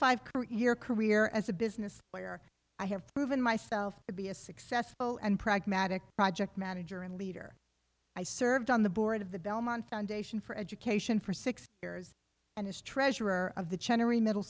year career as a business where i have proven myself to be a successful and pragmatic project manager and leader i served on the board of the belmont foundation for education for six years and as treasurer of the